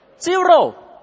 Zero